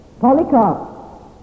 Polycarp